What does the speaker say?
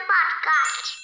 Podcast